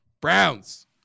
Browns